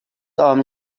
arm